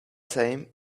same